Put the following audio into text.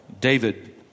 David